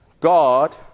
God